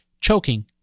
choking